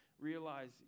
realize